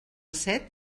set